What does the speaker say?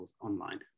online